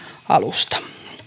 alusta